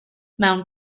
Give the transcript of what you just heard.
mewn